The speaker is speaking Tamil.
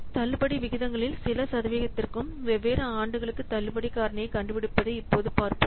தள்ளுபடி விகிதங்களில் சில சதவீதத்திற்கும் வெவ்வேறு ஆண்டுகளுக்கு தள்ளுபடி காரணியைக் கண்டுபிடிப்பதை இப்போது பார்ப்போம்